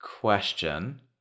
question